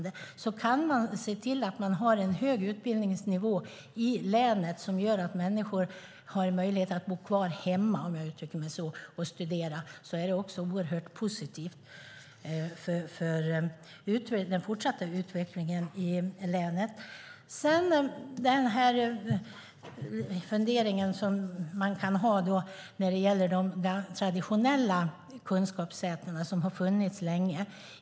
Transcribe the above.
Det är oerhört positivt för den fortsatta utvecklingen i länet om man kan ha en hög utbildningsnivå som gör att människor har möjlighet att bo kvar hemma, om jag uttrycker mig så, och studera. Det finns en fundering som man kan ha när det gäller de traditionella kunskapssätena som har funnits länge.